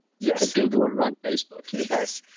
yes, google or on facebook? yes.